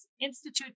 Institute